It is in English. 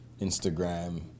Instagram